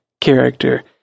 character